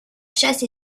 chasse